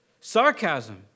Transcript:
sarcasm